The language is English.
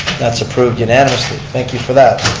that's approved unanimously. thank you for that.